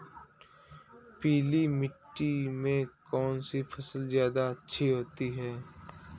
पीली मिट्टी में कौन सी फसल ज्यादा अच्छी होती है?